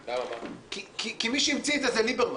כי מי שהמציא את זה הוא ליברמן.